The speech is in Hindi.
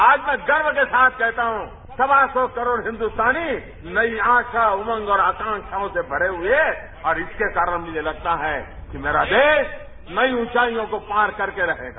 आज मैं गर्व के साथ कहता हूं सवा सौ करोड़ हिन्दुस्तानी नई आशा उमंग और आकांक्षाओं से भरे हुए है और इसके कारण मुझे लगता है कि मेरा देश नई ऊंचाईयों को पार करके रहेगा